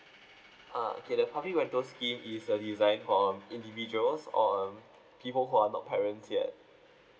ah okay the public rental scheme is uh designed for um individuals or um people who are not parents yet